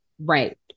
Right